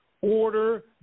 order